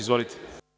Izvolite.